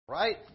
Right